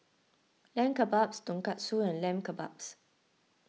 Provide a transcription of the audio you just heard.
Lamb Kebabs Tonkatsu and Lamb Kebabs